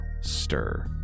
stir